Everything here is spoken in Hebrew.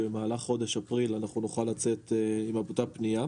ובמהלך חודש אפריל אנחנו נוכל לצאת עם אותה פנייה,